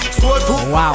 Wow